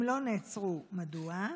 אם לא נעצרו, מדוע?